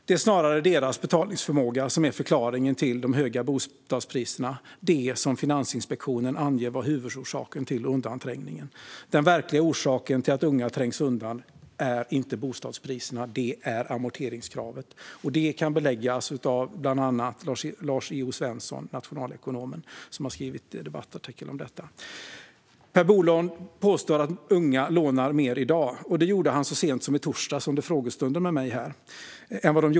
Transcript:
Det är snarare deras betalningsförmåga som är förklaringen till de höga bostadspriserna som Finansinspektionen anger vara huvudorsaken till undanträngningen. Den verkliga orsaken till att unga trängs undan är inte bostadspriserna, utan det är amorteringskravet. Det kan beläggas av bland annat nationalekonomen Lars E.O. Svensson som har skrivit en debattartikel om detta. Per Bolund påstår att unga lånar mer i dag än vad de gjorde tidigare. Det gjorde han så sent som i torsdags under frågestunden.